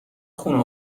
خون